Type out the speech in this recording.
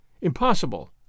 Impossible